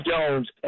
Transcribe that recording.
Jones